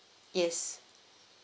yes